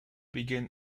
began